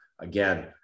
again